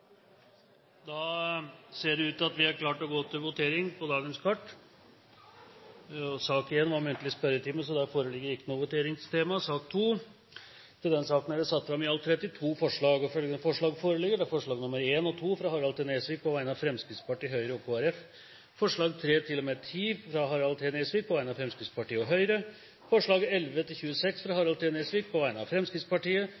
da til votering. I sak nr. 1 foreligger det ikke noe voteringstema. Under debatten er det satt fram i alt 32 forslag. Det er forslagene nr. 1 og 2, fra Harald T. Nesvik på vegne av Fremskrittspartiet, Høyre og Kristelig Folkeparti forslagene nr. 3–10, fra Harald T. Nesvik på vegne av Fremskrittspartiet og Høyre forslagene nr. 11–26, fra Harald T. Nesvik på vegne av Fremskrittspartiet forslag nr. 27, fra